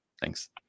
Thanks